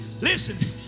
Listen